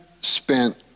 spent